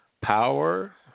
power